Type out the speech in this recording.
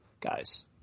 guys